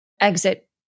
exit